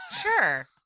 Sure